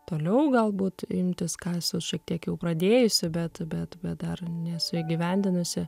toliau galbūt imtis ką esu šiek tiek jau pradėjusi bet bet dar nesu įgyvendinusi